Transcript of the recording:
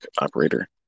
operator